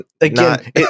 again